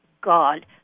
God